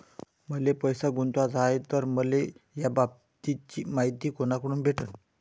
मले पैसा गुंतवाचा हाय तर मले याबाबतीची मायती कुनाकडून भेटन?